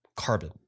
carbon